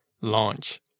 launch